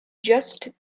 just